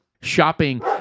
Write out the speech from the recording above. shopping